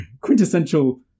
quintessential